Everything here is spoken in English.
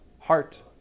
heart